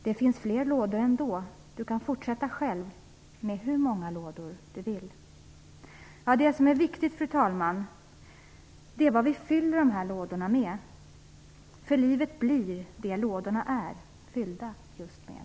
Det finns fler lådor ändå. Du kan fortsätta själv med hur många lådor du vill. Fru talman! Det som är viktigt är vad vi fyller dessa lådor med. Livet blir det lådorna är fyllda med.